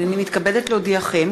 הנני מתכבדת להודיעכם,